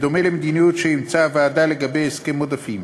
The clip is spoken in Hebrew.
בדומה למדיניות שאימצה הוועדה לגבי הסכמי עודפים.